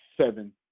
seven